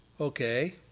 Okay